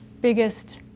biggest